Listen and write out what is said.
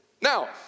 Now